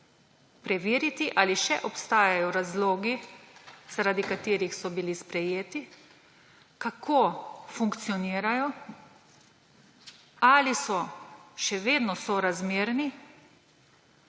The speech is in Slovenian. preveriti, ali še obstajajo razlogi, zaradi katerih so bili sprejeti, kako funkcionirajo, ali so še vedno sorazmerni,